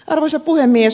arvoisa puhemies